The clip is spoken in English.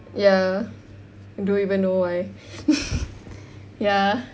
ya don't even know why ya